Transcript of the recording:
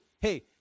hey